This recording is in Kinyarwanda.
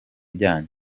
byanyu